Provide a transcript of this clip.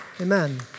amen